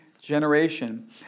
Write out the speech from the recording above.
generation